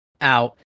out